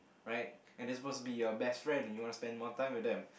right and it's supposed to be your best friend you wanna spend more time with them